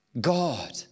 God